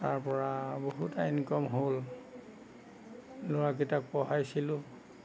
তাৰপৰা বহুত ইনকম হ'ল ল'ৰাকেইটাক পঢ়াইছিলোঁ